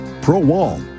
pro-wall